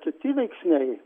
kiti veiksniai